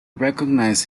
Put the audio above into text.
recognized